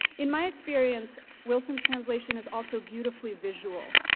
in my experience, wilson's translation is also beautifully visual.